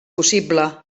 possible